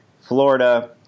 Florida